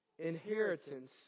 Inheritance